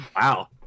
Wow